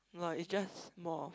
no ah it's just more